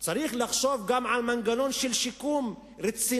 צריך גם לחשוב על מנגנון של שיקום רציני,